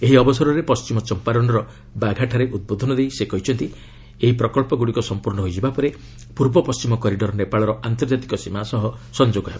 ଏହି ଅବସରରେ ପଣ୍ଢିମ ଚମ୍ପାରନ୍ର ବାଘାଠାରେ ଉଦ୍ବୋଧନ ଦେଇ ସେ କହିଛନ୍ତି ଏହି ପ୍ରକଳ୍ପଗୁଡ଼ିକ ସମ୍ପର୍ଶ୍ଣ ହୋଇଯିବା ପରେ ପ୍ରର୍ବ ପଣ୍ଢିମ କରିଡର୍ ନେପାଳର ଆନ୍ତର୍ଜାତିକ ସୀମା ସହ ସଂଯୋଗ ହେବ